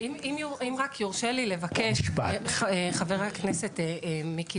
אם רק יורשה לי לבקש, חבר הכנסת מיקי לוי.